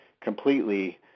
completely